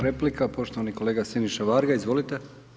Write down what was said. Replika, poštovani kolega Siniša Varga, izvolite.